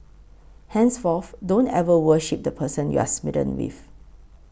henceforth don't ever worship the person you're smitten with